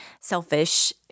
selfish